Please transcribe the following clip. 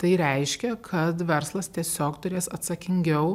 tai reiškia kad verslas tiesiog turės atsakingiau